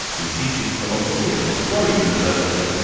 who teaches philosophy at macquarie university,